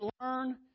learn